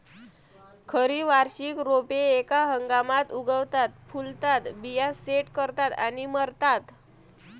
खरी वार्षिक रोपे एका हंगामात उगवतात, फुलतात, बिया सेट करतात आणि मरतात